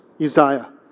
Uzziah